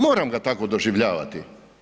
Moram ga tako doživljavati.